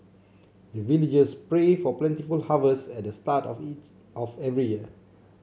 the villagers pray for plentiful harvest at the start of each of every year